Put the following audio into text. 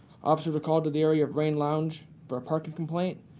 officers are called to the area of reign lounge for a parking complaint.